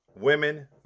women